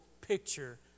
picture